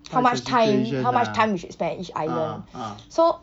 how much time how much time we should spend at each island so